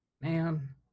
Man